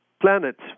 planet